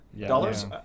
dollars